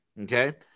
okay